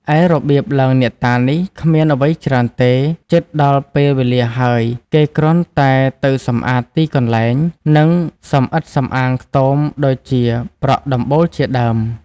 ឯរបៀបឡើងអ្នកតានេះគ្មានអ្វីច្រើនទេ ជិតដល់ពេលវេលាហើយ គេគ្រាន់តែទៅសំអាតទីកន្លែង និងសម្អិតសម្អាងខ្ទមដូចជាប្រក់ដំបូលជាដើម ។